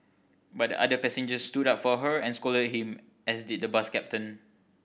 but the other passengers stood up for her and scolded him as did the bus captain